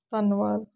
ਧੰਨਵਾਦ